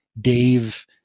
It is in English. Dave